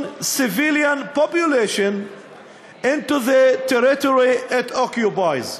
civilian population into the territory it occupies.